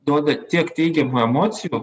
duoda tiek teigiamų emocijų